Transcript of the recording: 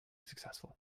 successful